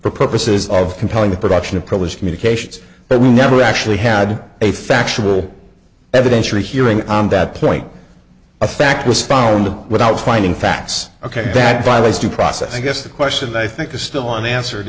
purposes of compelling the production of polish communications but we never actually had a factual evidence or a hearing on that point a fact was found without finding facts ok that violates due process i guess the question i think the still unanswered